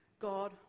God